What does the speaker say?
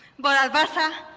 but at basa,